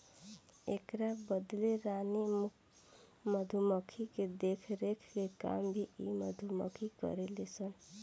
एकरा बदले रानी मधुमक्खी के देखरेख के काम भी इ मधुमक्खी करेले सन